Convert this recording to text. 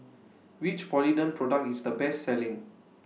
Which Polident Product IS The Best Selling